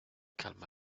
calma